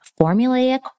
formulaic